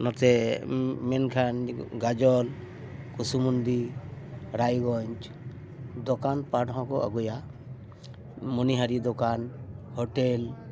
ᱱᱚᱛᱮ ᱢᱮᱱᱠᱷᱟᱱ ᱜᱟᱡᱚᱞ ᱠᱩᱥᱢᱩᱰᱤ ᱨᱟᱭᱜᱚᱸᱡᱽ ᱫᱚᱠᱟᱱ ᱯᱟᱴ ᱦᱚᱸᱠᱚ ᱟᱹᱜᱩᱭᱟ ᱢᱚᱱᱤᱦᱟᱹᱨᱤ ᱫᱚᱠᱟᱱ ᱦᱳᱴᱮᱞ